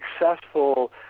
successful